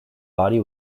body